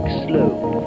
slope